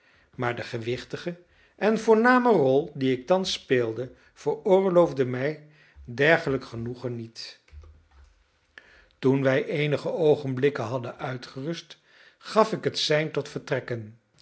maar de gewichtige en voorname rol die ik thans speelde veroorloofde mij dergelijk genoegen niet toen wij eenige oogenblikken hadden uitgerust gaf ik het sein tot vertrekken